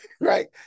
right